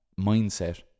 mindset